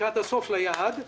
לקראת הסוף ליעד.